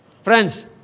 Friends